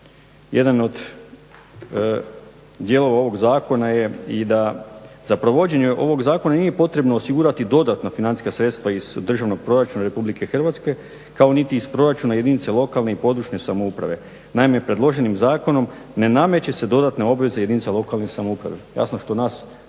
Jedan od dijelova ovog zakona je i da za provođenje ovog zakona nije potrebno osigurati dodatna financijska sredstva iz Državnog proračuna Republike Hrvatske, kao niti iz proračuna jedinice lokalne i područne samouprave. Naime, predloženim zakonom ne nameću se dodatne obveze jedinici lokalne samouprave, jasno što nas